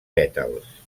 pètals